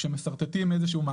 גם הנכסים הדרושים